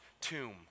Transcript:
tomb